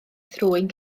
thrwyn